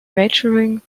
maturing